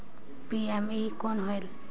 PME कौन होयल?